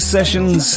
Sessions